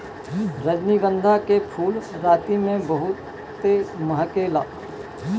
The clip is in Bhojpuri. रजनीगंधा के फूल राती में बहुते महके ला